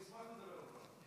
לדבר עוד פעם.